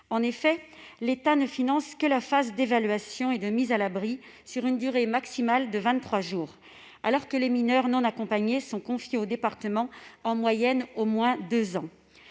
En effet, l'État ne finance que la phase d'évaluation et de mise à l'abri sur une durée maximale de vingt-trois jours, alors que les mineurs non accompagnés sont confiés aux départements en moyenne au moins deux ans.